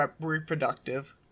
reproductive